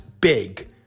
big